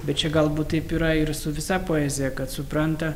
bet čia gal būt taip yra ir su visa poezija kad supranta